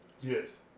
Yes